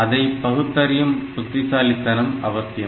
அதை பகுத்தறியும் புத்திசாலித்தனம் அவசியம்